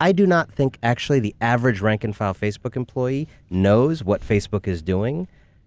i do not think actually the average rank and file facebook employee knows what facebook is doing